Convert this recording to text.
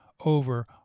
over